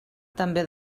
també